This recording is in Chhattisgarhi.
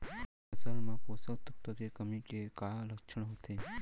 फसल मा पोसक तत्व के कमी के का लक्षण होथे?